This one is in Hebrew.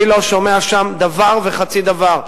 אני לא שומע שם דבר וחצי דבר.